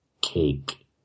cake